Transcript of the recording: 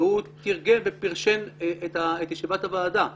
והוא פירשן את ישיבת הוועדה ואמר: